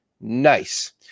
Nice